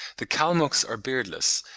the kalmucks are beardless,